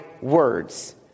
words